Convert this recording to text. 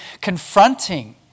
confronting